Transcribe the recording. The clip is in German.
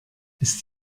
ist